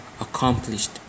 accomplished